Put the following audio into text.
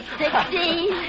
sixteen